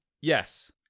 Yes